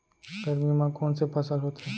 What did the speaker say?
गरमी मा कोन से फसल होथे?